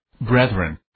brethren